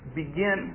begin